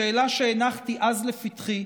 השאלה שהנחתי אז לפתחי,